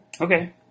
Okay